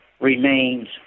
remains